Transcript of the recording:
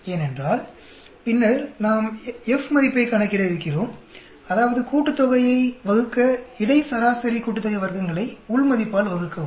ஏனென்றால் பின்னர் நாம் F மதிப்பைக் கணக்கிட இருக்கிறோம் அதாவது கூட்டுத்தொகையை வகுக்க இடை சராசரி கூட்டுத்தொகை வர்க்கங்களை உள் மதிப்பால் வகுக்கவும்